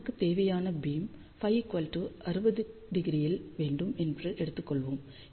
நமக்கு தேவையான பீம் Φ 60° இல் வேண்டும் என்று எடுத்துக் கொள்வோம்